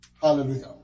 Hallelujah